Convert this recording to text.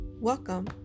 welcome